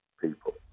people